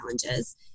challenges